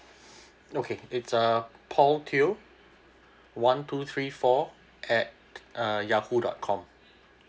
okay it's uh paul teo one two three four at uh yahoo dot com